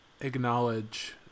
acknowledge